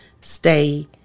stay